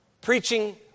preaching